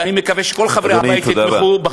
ואני מקווה שכל חברי הבית יתמכו,